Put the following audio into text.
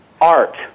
art